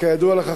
כידוע לך,